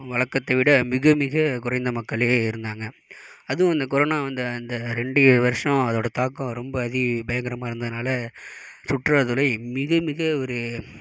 வழக்கத்தை விட மிக மிக குறைந்த மக்களே இருந்தாங்க அதுவும் இந்த கொரோனா வந்த இந்த ரெண்டு வருஷம் அதோட தாக்கம் ரொம்ப அதி பயங்கரமாக இருந்ததினால சுற்றுலாத்துறை மிக மிக ஒரு